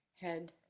head